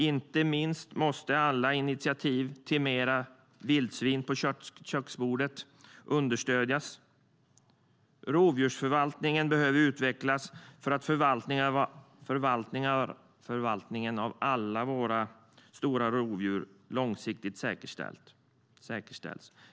Inte minst måste alla initiativ till mer vildsvin på köksbordet understödjas. Rovdjursförvaltningen behöver utvecklas så att förvaltningen av alla våra stora rovdjur långsiktigt säkerställs.